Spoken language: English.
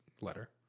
letter